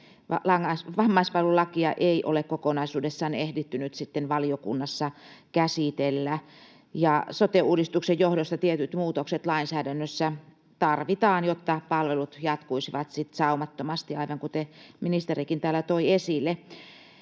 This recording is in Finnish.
vammaispalvelulakia ei ole kokonaisuudessaan ehditty nyt sitten valiokunnassa käsitellä. Sote-uudistuksen johdosta tietyt muutokset lainsäädännössä tarvitaan, jotta palvelut jatkuisivat sitten saumattomasti, aivan kuten ministerikin täällä toi esille.